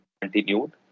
continued